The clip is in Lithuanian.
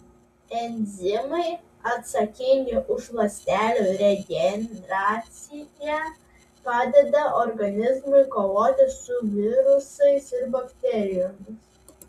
enzimai atsakingi už ląstelių regeneraciją padeda organizmui kovoti su virusais ir bakterijomis